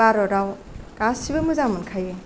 भारताव गासिबो मोजां मोनखायो